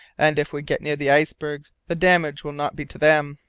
and if we get near the icebergs the damage will not be to them.